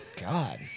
God